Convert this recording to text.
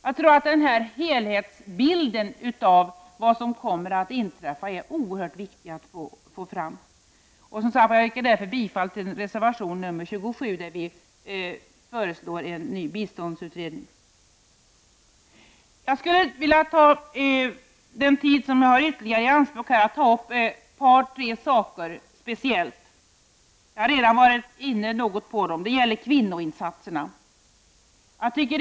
Jag tror att det är oerhört viktigt att få fram en helhetsbild av vad som kommer att inträffa. Jag yrkar således bifall till reservation 27, där vi reservanter föreslår att en ny biståndsutredning tillsätts. Sedan skulle jag vilja ta tiden i anspråk speciellt för ytterligare ett par tre saker. Jag har redan något varit inne på dessa saker. Först gäller det insatser för kvinnor.